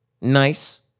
nice